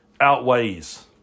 outweighs